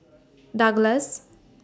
Douglas